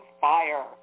fire